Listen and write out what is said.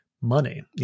money